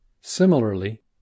Similarly